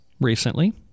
Recently